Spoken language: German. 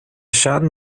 schaden